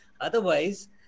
otherwise